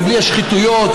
ובלי השחיתויות,